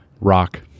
rock